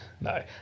No